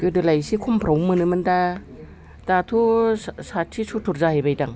गोदोलाय एसे खमफ्रावनो मोनोमोन दा दाथ' साथि सत्तुर जाहैबायदां